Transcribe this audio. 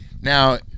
Now